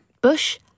Bush